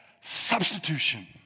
substitution